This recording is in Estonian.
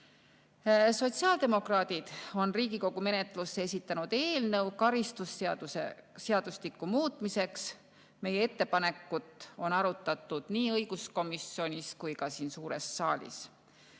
eest. Sotsiaaldemokraadid on Riigikogu menetlusse esitanud eelnõu karistusseadustiku muutmiseks. Meie ettepanekut on arutatud nii õiguskomisjonis kui ka siin suures saalis.